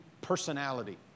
personality